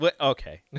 Okay